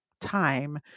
time